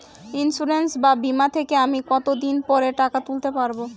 Insurance বা বিমা থেকে আমি কত দিন পরে টাকা তুলতে পারব?